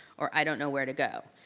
or i don't know where to go.